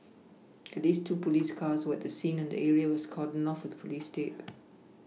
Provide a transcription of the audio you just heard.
at least two police cars were the scene and the area was cordoned off with police tape